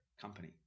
company